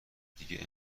دیگه